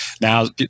now